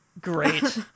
Great